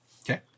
Okay